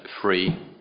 free